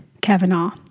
Kavanaugh